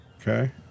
okay